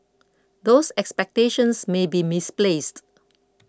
those expectations may be misplaced